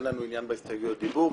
אין לנו עניין בהסתייגויות דיבור.